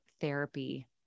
therapy